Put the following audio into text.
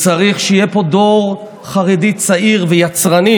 צריך שיהיה פה דור חרדי צעיר ויצרני,